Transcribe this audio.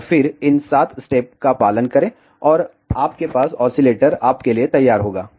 और फिर इन सात स्टेप्स का पालन करें और आपके पास ऑसिलेटर आपके लिए तैयार होगा